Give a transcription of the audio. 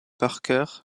parker